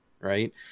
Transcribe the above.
right